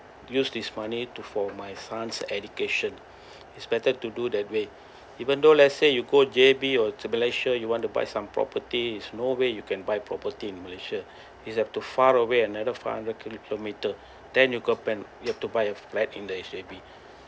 use this money to for my son's education is better to do that way even though let's say you go J_B or to malaysia you want to buy some properties no way you can buy property in malaysia is have too far away another five hundred kilometre then you got you have to buy a flat in the H_D_B